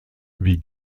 wie